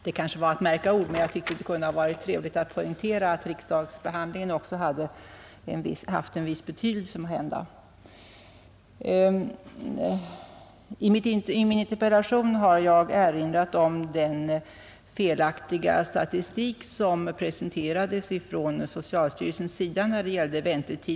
Det kanske är att märka ord, men det hade varit trevligt om det hade poängterats att riksdagsbehandlingen också haft en viss betydelse. I min interpellation har jag erinrat om den felaktiga statistik beträffande väntetiderna som presenterades av socialstyrelsen.